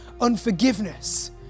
unforgiveness